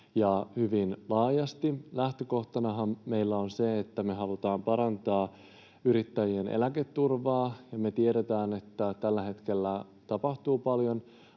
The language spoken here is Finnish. hyvin laajasti. Lähtökohtanahan meillä on se, että me halutaan parantaa yrittäjien eläketurvaa. Me tiedetään, että tällä hetkellä tapahtuu paljon